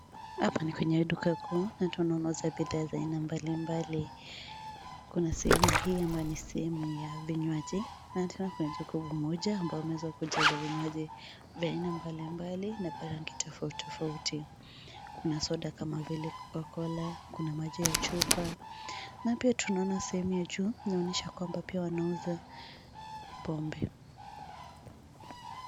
Hapa ni kwenye duka kubwa na tunaona kuna bidhaa za aina mbalimbali. Kuna sehemu hii ambayo ni sehemu ya vinywaji na tunaona jukwao moja ambalo limeweza kujazwa vinywaji vya aina mbalimbali na vya rangi tofauti tofauti. Kuna soda kama vile Coca-Cola, kuna maji ya chupa na pia tunaona sehemu ya juu inaonyesha kwamba pia wanauza pombe.